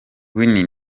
winnie